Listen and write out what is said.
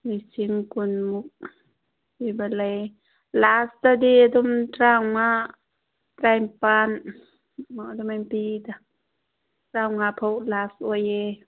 ꯂꯤꯁꯤꯡ ꯀꯨꯟꯃꯨꯛ ꯄꯤꯕ ꯂꯩ ꯂꯥꯁꯇꯗꯤ ꯑꯗꯨꯝ ꯇꯔꯥꯃꯉꯥ ꯇꯔꯥꯅꯤꯄꯥꯜ ꯑꯗꯨꯃꯥꯏꯅ ꯄꯤꯗ ꯇꯔꯥꯃꯉꯥ ꯐꯥꯎ ꯂꯥꯁ ꯑꯣꯏꯌꯦ